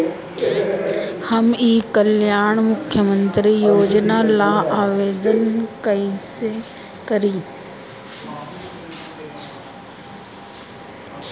हम ई कल्याण मुख्य्मंत्री योजना ला आवेदन कईसे करी?